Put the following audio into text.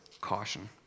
caution